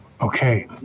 Okay